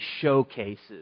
showcases